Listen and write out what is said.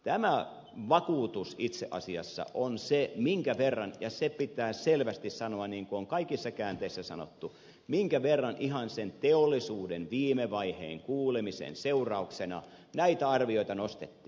tämä vakuutus itse asiassa on se minkä verran ja se pitää selvästi sanoa niin kuin on kaikissa käänteissä sanottu minkä verran ihan sen teollisuuden viime vaiheen kuulemisen seurauksena näitä arvioita nostettiin